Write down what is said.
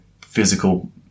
physical